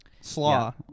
SLAW